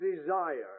desire